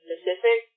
Specific